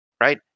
right